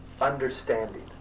understanding